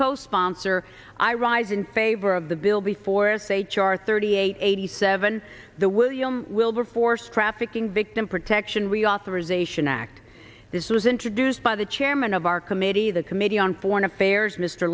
co sponsor i rise in favor of the bill before s h r thirty eight eighty seven the william wilberforce trafficking victim protection reauthorization act this was introduced by the chairman of our committee the committee on foreign